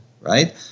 right